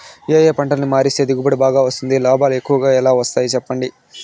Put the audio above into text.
ఏ ఏ పంటలని మారిస్తే దిగుబడి బాగా వస్తుంది, లాభాలు ఎక్కువగా ఎలా వస్తాయి సెప్పండి